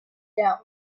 down